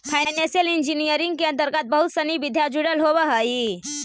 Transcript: financial engineering के अंतर्गत बहुत सनि विधा जुडल होवऽ हई